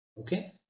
okay